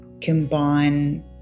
combine